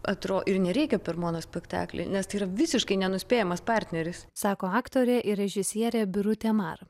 atro ir nereikia per mano spektaklį nes tai yra visiškai nenuspėjamas partneris sako aktorė ir režisierė birutė mar